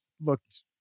looked